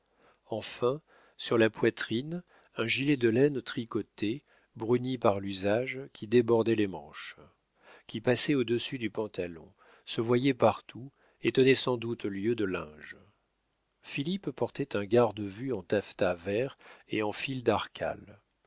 enfin sur la poitrine un gilet de laine tricotée bruni par l'usage qui débordait les manches qui passait au-dessus du pantalon se voyait partout et tenait sans doute lieu de linge philippe portait un garde-vue en taffetas vert et en fil d'archal